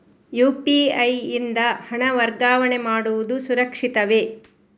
UPI ಯಿಂದ ಹಣ ವರ್ಗಾವಣೆ ಮಾಡುವುದು ಸುರಕ್ಷಿತವೇ?